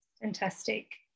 Fantastic